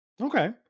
okay